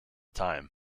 time